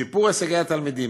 שיפור הישגי התלמידים,